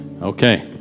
Okay